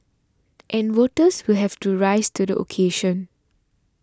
and voters will have to rise to the occasion